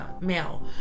male